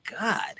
God